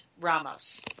Ramos